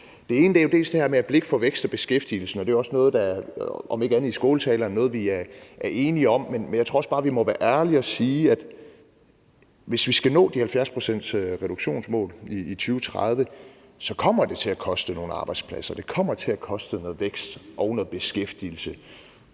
Det ene er det her med at have blik for vækst og beskæftigelse. Det er også noget, som vi om ikke andet i skåltaler er enige om. Men jeg tror også bare, at vi må være ærlige og sige, at hvis vi skal nå reduktionsmålet på 70 pct. i 2030, kommer det til at koste nogle arbejdspladser, og det kommer til at koste noget vækst og noget beskæftigelse